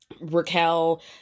Raquel